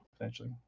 essentially